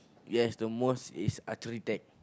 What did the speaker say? yes the most is archery deck